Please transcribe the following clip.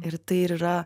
ir tai ir yra